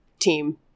team